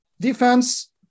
Defense